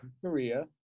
korea